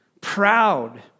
proud